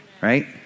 right